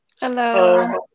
Hello